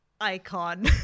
Icon